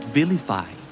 Vilify